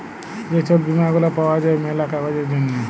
যে ছব বীমা গুলা পাউয়া যায় ম্যালা কাজের জ্যনহে